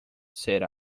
said